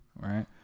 right